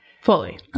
Fully